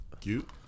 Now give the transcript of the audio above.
Cute